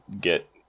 get